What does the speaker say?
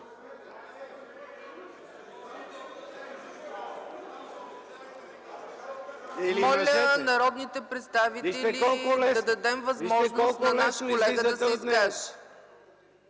Моля народните представители да дадем възможност на наш колега да се изкаже.